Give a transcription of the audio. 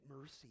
mercy